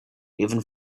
even